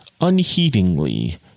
unheedingly